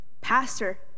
pastor